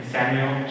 Samuel